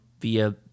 via